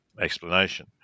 explanation